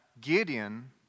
Gideon